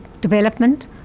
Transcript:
development